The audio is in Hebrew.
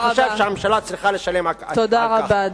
תודה רבה.